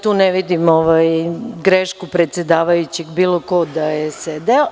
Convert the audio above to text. Tu ne vidim grešku predsedavajućeg, bilo ko da je sedeo.